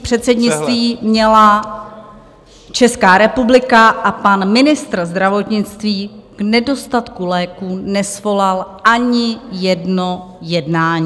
Předsednictví měla Česká republika a pan ministr zdravotnictví k nedostatku léků nesvolal ani jedno jednání.